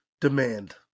demand